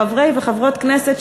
חברי וחברות כנסת,